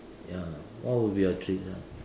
ya what would be your treat ya